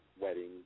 wedding